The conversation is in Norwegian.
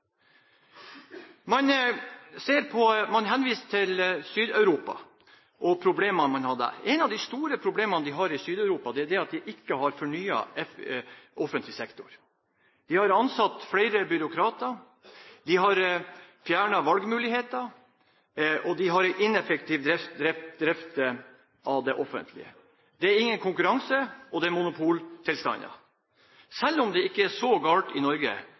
Man henviser til Sør-Europa og problemene de har der. Et av de store problemene de har i Sør-Europa, er at de ikke har fornyet offentlig sektor. De har ansatt flere byråkrater, de har fjernet valgmuligheter, og de har en ineffektiv drift av det offentlige. Det er ingen konkurranse, og det er monopoltilstander. Selv om det ikke er så galt i Norge,